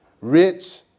Rich